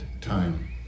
time